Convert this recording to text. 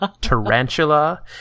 tarantula